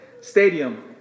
stadium